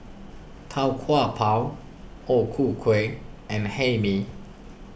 Tau Kwa Pau O Ku Kueh and Hae Mee